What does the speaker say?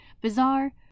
Bizarre